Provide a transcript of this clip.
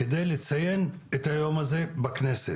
על מנת לציין את היום הזה בכנסת.